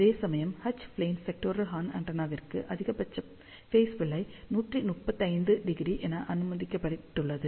அதேசமயம் H plane sectoral horn ஆண்டெனாவிற்கு அதிகபட்ச ஃபேஸ் பிழை 135° என அனுமதிக்கப்பட்டுள்ளது